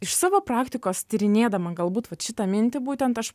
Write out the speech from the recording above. iš savo praktikos tyrinėdama galbūt vat šitą mintį būtent aš